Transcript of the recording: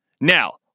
Now